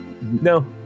No